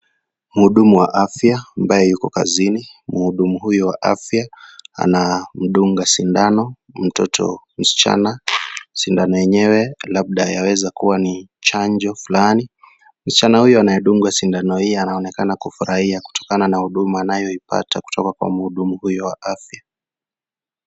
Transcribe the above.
Mhudumu wa afya ambaye yuko kazini, mhudumu huyo wa afya anamdunga sindano mtoto msichana ,sindano enyewe labda yaweza ni chanjo fuani. Msichana huyo anaye dungwa sindano hiyo anaonekana kufurahia kutokana na hudumu anayopata kutoka kwa mhudumu huyo wa afya.